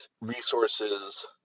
resources